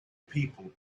people